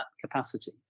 capacity